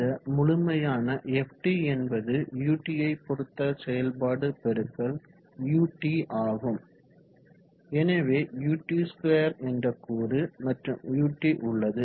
இந்த முழுமையான Ft என்பது ut யை பொறுத்த செயல்பாடு x ut ஆகும் எனவே ut2 என்ற கூறு மற்றும் ut உள்ளது